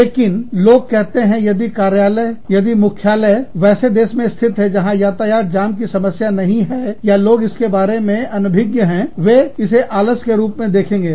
लेकिन लोग कहते हैं यदि कार्यालय यदि मुख्यालय वैसे देश में स्थित है जहां यातायात जाम की समस्या नहीं है या लोग इसके बारे में लोग अनभिज्ञ हैंवे इसे आलस्य के रूप में देखेंगे